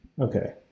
Okay